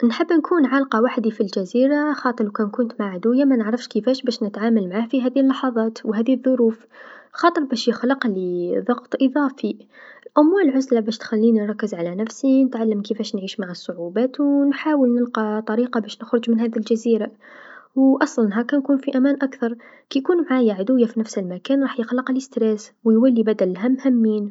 نحب نكون عالقه وقتي في الجزيره، خاطر لوكان كنت مع عدويا منعرفش كيفاش باش نتعامل معاه في هذي اللحظات و هذي الظروف، خاطر باش يخلقلي ضغط إضافي، على الأقل العزله تخليني باش نركز مع نفسي، نتعلم نعيش مع الصعوبات و نحاول نلقى طريقه باش نخرج من هذي الجزيره، و أصلا هاكا نكون في أمان أكثر، كيكون معايا عدويا في نفس المكان راح يخلقلي توتر و يولي بدل الهم همين.